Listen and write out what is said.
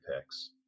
picks